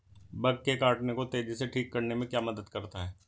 Bug के काटने को तेजी से ठीक करने में क्या मदद करता है?